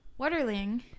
Waterling